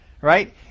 right